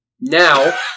now